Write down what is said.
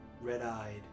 Red-eyed